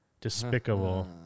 Despicable